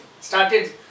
Started